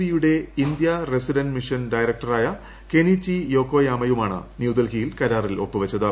ബിയുടെ India resident mission ഡയറക്ടറായ Kenichi യോക്കോയാമയുമാണ് ന്യൂഡൽഹിയിൽ കരാറിൽ ഒപ്പുവച്ചത്